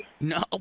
No